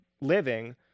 living